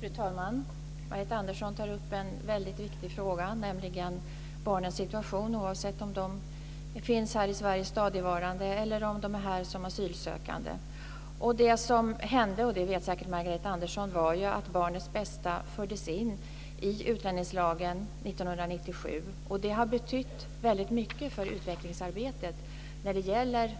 Fru talman! Margareta Andersson tar upp en väldigt viktig fråga, nämligen barnens situation, vare sig de finns här i Sverige stadigvarande eller om de är här som asylsökande. Det som hände, det vet säkert Margareta Andersson, var ju att barnets bästa fördes in i utlänningslagen 1997. Det har betytt väldigt mycket för utvecklingsarbetet när det gäller